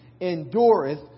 endureth